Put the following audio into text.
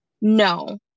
No